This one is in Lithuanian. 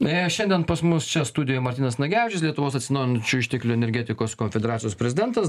beje šiandien pas mus čia studijoj martynas nagevičius lietuvos atsinaujinančių išteklių energetikos konfederacijos prezidentas